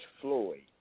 Floyd